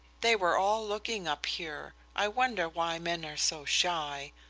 they were all looking up here. i wonder why men are so shy.